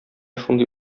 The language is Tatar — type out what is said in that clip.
шундый